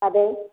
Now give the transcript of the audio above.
आदै